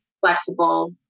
flexible